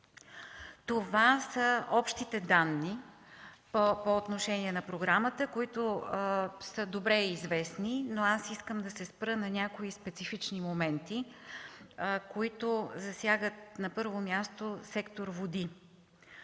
Това са общите данни по отношение на програмата, които са добре известни, но аз искам да се спра на някои специфични моменти, които засягат на първо място сектор „Води”.